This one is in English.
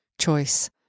choice